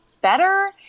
better